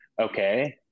Okay